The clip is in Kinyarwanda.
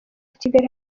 kigali